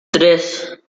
tres